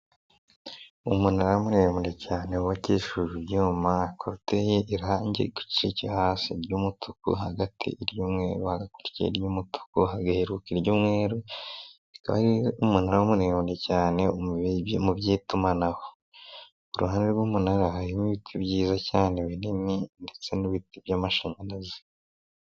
Umunara muremure cyane wubakishije ibyuma, hakoteye irangi igice cyo hasi ry'umutuku, hagati iry'umweru hakurya iry'umutuku hagaheruka iry'mweru, hakaba umunara munini cyane mu by'itumanaho, ku ruhanre rw'umunara harimo ibiti byiza cyane binini ndetse n'ibiti by'amashanyarazi.